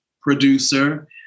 producer